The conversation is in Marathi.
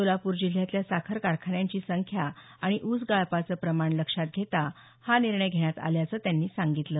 सोलापूर जिल्ह्यातल्या साखर कारखान्यांची संख्या आणि ऊस गाळपाचं प्रमाण लक्षात घेता हा निर्णय घेण्यात आल्याचं त्यांनी सांगितलं